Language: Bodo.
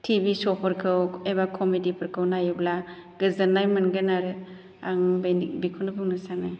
टि भि श'फोरखौ एबा कमेडिफोरखौ नायोब्ला गोजोननाय मोनगोन आरो आं बेखौनो बुंनो सानो